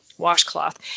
washcloth